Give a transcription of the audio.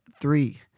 three